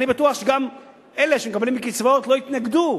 אני בטוח שגם אלה שמקבלים קצבאות לא יתנגדו